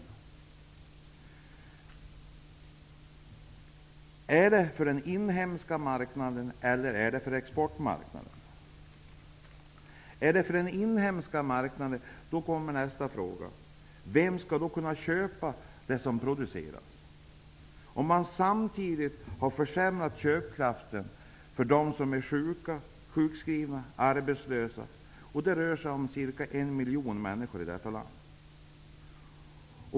Producerar de för den inhemska marknaden eller för exportmarknaden? Om de skall producera för den inhemska marknaden kommer nästa fråga: Vem skall köpa det som produceras? Man har samtidigt försämrat köpkraften för dem som är sjukskrivna och arbetslösa -- det rör sig om ca 1 miljon människor i detta land.